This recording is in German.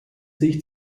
sich